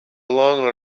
belong